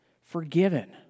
forgiven